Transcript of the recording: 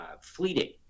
fleeting